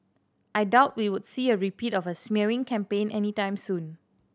I doubt we would see a repeat of a smearing campaign any time soon